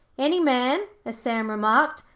any man as sam remarked,